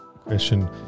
question